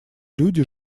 люди